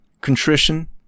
contrition